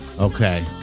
Okay